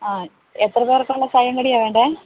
അ എത്രപേർക്കുള്ള ചായയും കടിയുമാണ് വേണ്ടത്